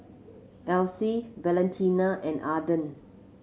Elise Valentina and Ardeth